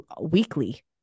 weekly